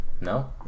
No